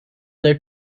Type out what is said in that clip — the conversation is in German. der